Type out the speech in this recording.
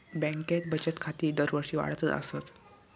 बँकेत बचत खाती दरवर्षी वाढतच आसत